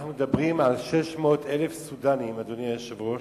אנחנו מדברים על 600,000 סודנים, אדוני היושב-ראש,